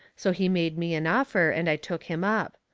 so he made me an offer and i took him up.